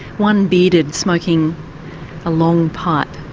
one bearded smoking a long pipe,